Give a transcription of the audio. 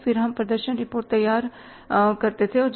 फिर हम प्रदर्शन रिपोर्ट तैयार करते हैं